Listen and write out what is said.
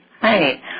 Hi